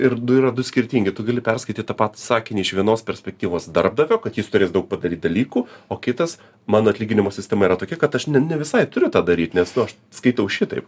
ir du yra du skirtingi tu gali perskaityt tą patį sakinį iš vienos perspektyvos darbdavio kad jis turės daug padaryt dalykų o kitas mano atlyginimo sistema yra tokia kad aš ne ne visai turiu tą daryt nes nu aš skaitau šitaip